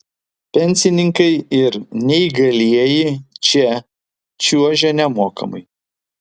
pensininkai ir neįgalieji čia čiuožia nemokamai